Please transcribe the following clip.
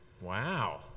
Wow